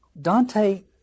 Dante